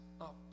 up